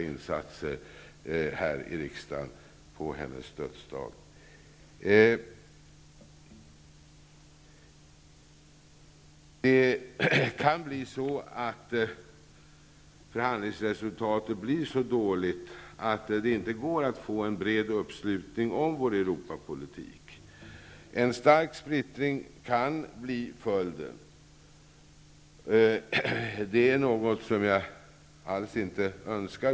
I det här sammanhanget vill jag på Ulla-Britt Åbarks dödsdag uttrycka min högaktning för hennes stora insatser här i riksdagen. Om förhandlingsresultatet blir så dåligt kan en stark splittring bli följden. Det är något som jag icke önskar.